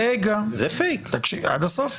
רגע עד הסוף,